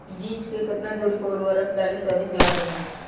बीज के केतना दूरी पर उर्वरक डाले से अधिक लाभ होई?